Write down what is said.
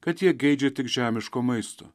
kad jie geidžia tik žemiško maisto